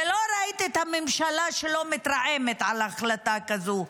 ולא ראיתי את הממשלה שלו מתרעמת על החלטה כזו,